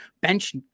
bench